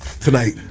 Tonight